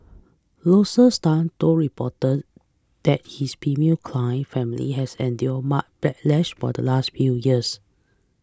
Tan told reporter that his female client family has endure much backlash for the last few years